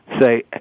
say